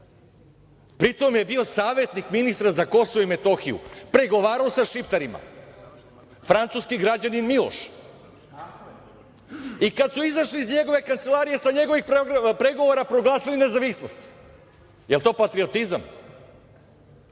pritom je bio savetnik ministra za Kosovo i Metohiju, pregovarao sa šiptarima, francuski građanin Miloš, i kad su izašli iz njegove kancelarije sa njegovih pregovora proglasili nezavisnost, jel to patriotizam? Pazite,